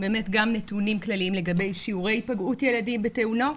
גם נתונים כלליים לגבי שיעורי היפגעות ילדים בתאונות,